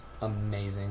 amazing